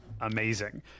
amazing